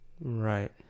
right